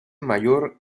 mayor